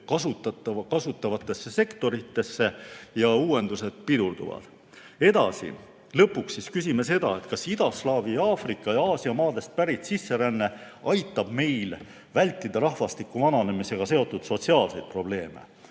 kasutavatele sektoritele ja uuendused pidurduvad. Edasi. Lõpuks siis küsime seda, kas idaslaavi, Aafrika ja Aasia maadest pärit sisseränne aitab meil vältida rahvastiku vananemisega seotud sotsiaalseid probleeme.